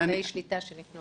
אמצעי שליטה שניתנו